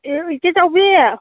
ꯑꯦ ꯏꯆꯦ ꯆꯥꯎꯕꯤ